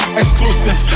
exclusive